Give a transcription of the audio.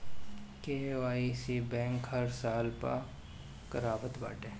KYC bank हर साल पअ करावत बाटे